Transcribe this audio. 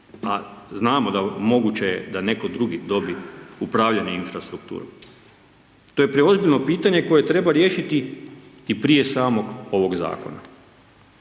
A znamo da moguće je da netko drugi dobije upravljanje infrastrukturom. To je preozbiljno pitanje koje treba riješiti i prije samog ovog zakona.